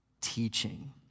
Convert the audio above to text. teaching